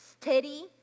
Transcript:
steady